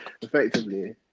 Effectively